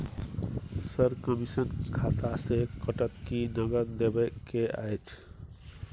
Sir, commission खाता से कटत कि नगद देबै के अएछ?